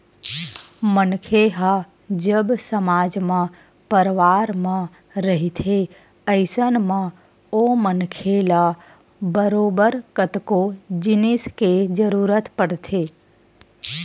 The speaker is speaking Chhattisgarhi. मनखे ह जब समाज म परवार म रहिथे अइसन म ओ मनखे ल बरोबर कतको जिनिस के जरुरत पड़थे